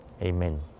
Amen